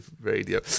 radio